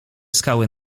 skały